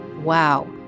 wow